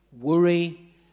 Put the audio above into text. worry